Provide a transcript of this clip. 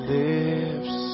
lips